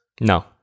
No